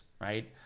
right